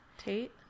tate